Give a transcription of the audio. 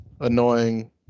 annoying